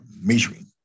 measuring